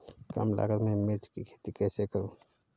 कम लागत में मिर्च की खेती कैसे करूँ?